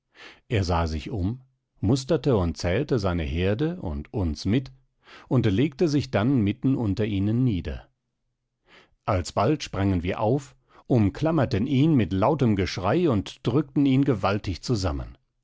er sah sich um musterte und zählte seine herde und uns mit und legte sich dann mitten unter ihnen nieder alsbald sprangen wir auf umklammerten ihn mit lautem geschrei und drückten ihn gewaltig zusammen